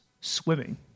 swimming